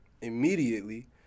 immediately